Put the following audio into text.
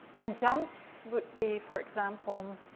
and jumps would be, for example um